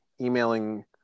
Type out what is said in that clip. emailing